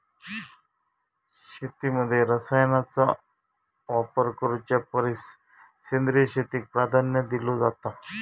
शेतीमध्ये रसायनांचा वापर करुच्या परिस सेंद्रिय शेतीक प्राधान्य दिलो जाता